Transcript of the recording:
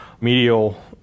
medial